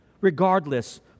regardless